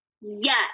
Yes